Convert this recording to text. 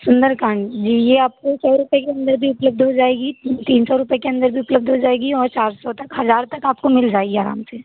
सुंदर कांड जी ये आपको सौ रुपए के अंदर भी उपलब्ध हो जाएगी तीन सौ रुपए के अंदर भी उपलब्ध हो जाएगी और चार सौ तक हज़ार तक आपको मिल जाएगी आराम से